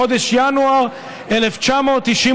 בחודש ינואר 1992,